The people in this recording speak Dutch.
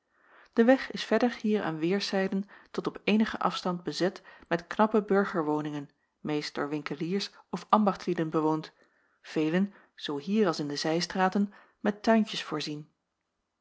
de weg is verder hier aan weêrszijden tot op eenigen afstand bezet met knappe burgerwoningen meest door winkeliers of ambachtslieden bewoond velen zoo hier als in de zijstraten met tuintjes voorzien